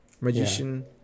magician